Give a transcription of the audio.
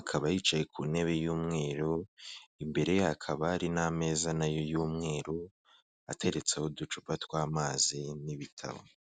akaba yicaye ku ntebe y'umweru, imbere ye hakaba hari n'ameza na yo y'umweru ateretseho uducupa tw'amazi n'ibitabo.